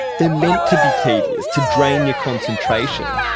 they're meant to be tedious to drain your concentration.